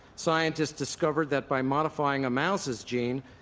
scientists discovered that by modifying a mouse's gene,